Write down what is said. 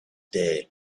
day